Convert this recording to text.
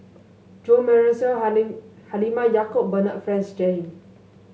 Jo Marion Seow Halimah Yacob Bernard Francis Jame